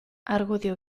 argudio